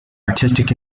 artistic